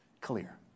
clear